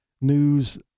news